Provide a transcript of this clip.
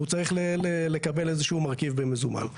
הוא צריך לקבל איזשהו מרכיב במזומן.